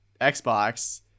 Xbox